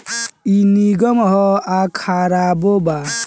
ई निमन ह आ खराबो बा